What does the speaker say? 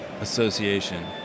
Association